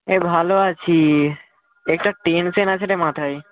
এই ভালো আছি একটা টেনশেন আছে রে মাথায়